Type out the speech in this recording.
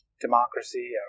democracy